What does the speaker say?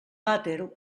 vàter